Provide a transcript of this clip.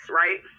right